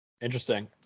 Interesting